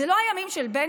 אלה לא הימים של בן-גוריון,